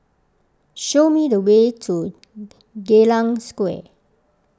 show me the way to Geylang Square